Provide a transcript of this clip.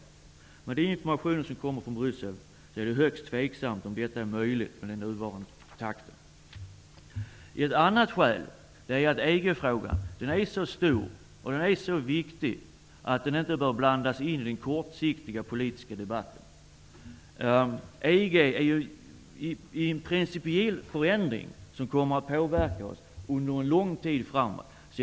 Men med den information som kommer från Bryssel är det högst tveksamt om detta är möjligt med tanke på den nuvarande takten. Ett annat skäl är att EG-frågan är så stor och så viktig att den inte bör blandas in i den kortsiktiga politiska debatten. EG är ju en principiell förändring som under lång tid framåt kommer att påverka oss.